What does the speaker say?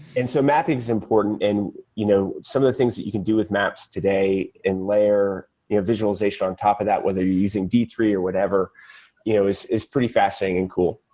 and so mapping is important and you know some of the things that you can do with maps today and layer visualization on top of that whether you're using d three or whatever you know is is pretty fascinating and cool.